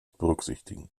berücksichtigen